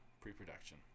pre-production